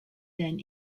then